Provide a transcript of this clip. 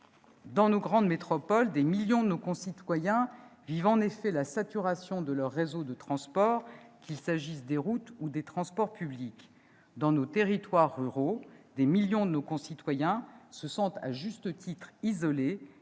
Dans nos grandes métropoles, des millions de nos concitoyens sont en effet confrontés à la saturation de leurs réseaux de transport, qu'il s'agisse des routes ou des transports publics. Dans nos territoires ruraux, des millions de personnes se sentent à juste titre isolées,